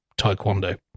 taekwondo